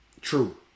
True